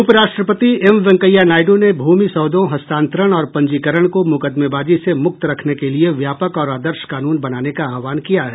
उपराष्ट्रपति एम वेंकैया नायड् ने भूमि सौदों हस्तांतरण और पंजीकरण को मुकदमेबाजी से मुक्त रखने के लिए व्यापक और आदर्श कानून बनाने का आह्वान किया है